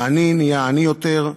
העני נהיה עני יותר,